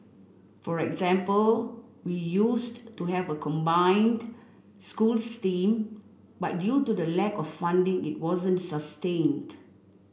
for example we used to have a combined schools team but due to a lack of funding it wasn't sustained